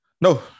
no